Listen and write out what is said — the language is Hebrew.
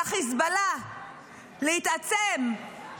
לחיזבאללה להתעצם,